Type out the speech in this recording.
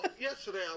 yesterday